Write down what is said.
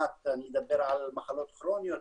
אני מדבר על מחלות כרוניות,